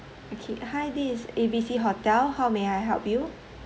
okay hi this is A B C hotel how may I help you